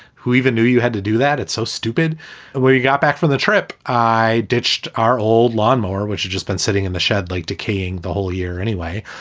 who even knew you had to do that? it's so stupid when you got back from the trip. i ditched our old lawnmower, which had just been sitting in the shed like decaying the whole year anyway.